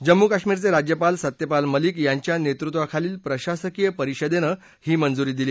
जम्मू काश्मीरचे राज्यपाल सत्यपाल मलिक यांच्या नेतृत्वाखालील प्रशासकीय परिषदेनं ही मजुरी दिली